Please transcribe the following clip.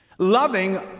Loving